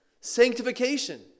sanctification